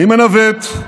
אני מנווט,